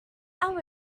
our